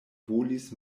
volis